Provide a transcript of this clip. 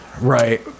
right